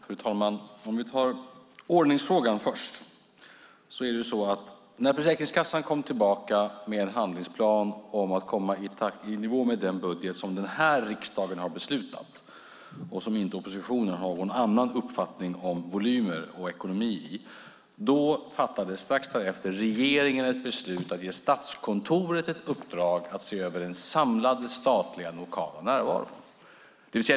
Fru talman! Om vi tar ordningsfrågan först är det på följande sätt: När Försäkringskassan kom tillbaka med en handlingsplan om att komma i nivå med den budget som denna riksdag har beslutat om och som oppositionen inte har någon annan uppfattning om när det gäller volymer och ekonomi, då fattade regeringen strax därefter ett beslut om att ge Statskontoret ett uppdrag att se över den samlade statliga lokala närvaron.